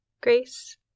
Grace